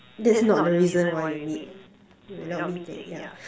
that's not the reason why we meet we're not meeting yeah